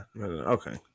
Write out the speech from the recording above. Okay